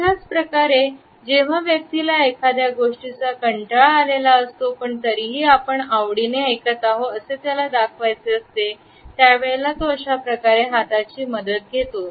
अशाच प्रकारे जेव्हा व्यक्तीला एखाद्या गोष्टीचा कंटाळा आलेला असतो पण तरीही आपण आवडीने ऐकत आहो असे त्याला दाखवायचे असते त्यावेळेला तो अशाप्रकारे हाताची मदत घेतो